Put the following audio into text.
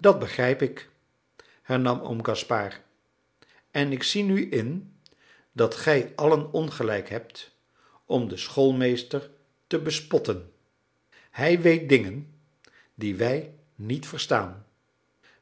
dat begrijp ik hernam oom gaspard en ik zie nu in dat gij allen ongelijk hebt om den schoolmeester te bespotten hij weet dingen die wij niet verstaan